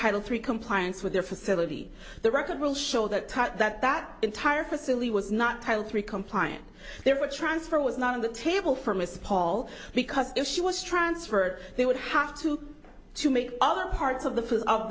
title three compliance with their facility the record will show that tut that that entire facility was not title three compliant they were transfer was not on the table for miss paul because if she was transferred they would have to to make other parts of the